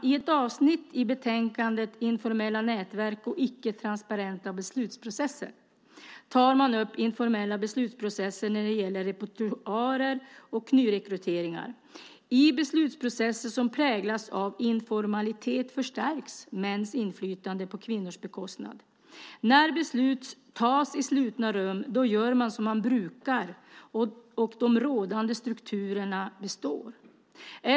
I ett avsnitt i betänkandet, "Informella nätverk och icke-transparanta beslutsprocesser", tar man upp informella beslutsprocesser när det gäller repertoarer och nyrekryteringar. I beslutsprocesser som präglas av informalitet förstärks mäns inflytande på kvinnors bekostnad. När beslut tas i slutna rum gör man som man brukar, och de rådande strukturerna består.